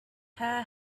her